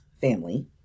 family